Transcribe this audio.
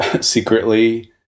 secretly